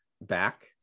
back